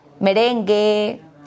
merengue